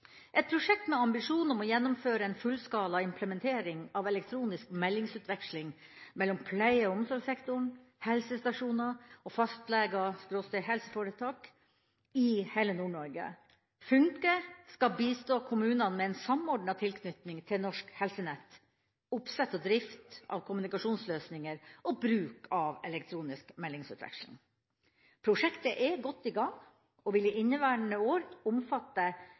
et prosjekt med ambisjon om å gjennomføre en fullskala implementering av elektronisk meldingsutveksling mellom pleie- og omsorgssektoren, helsestasjoner og fastleger/helseforetak i hele Nord-Norge. FUNNKe skal bistå kommunene med en samordnet tilknytning til Norsk Helsenett, oppsett og drift av kommunikasjonsløsninger og bruk av elektronisk meldingsutveksling. Prosjektet er godt i gang og vil i inneværende år omfatte